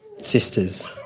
sisters